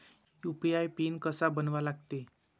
UPI PIN कसा बनवा लागते?